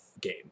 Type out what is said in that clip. game